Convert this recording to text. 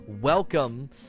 welcome